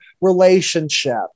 relationship